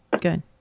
Good